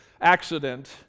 accident